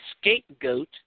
scapegoat